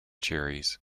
cherries